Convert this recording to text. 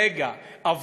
רגע,